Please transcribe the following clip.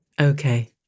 Okay